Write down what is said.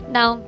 Now